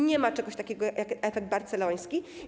Nie ma czegoś takiego jak efekt barceloński.